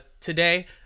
today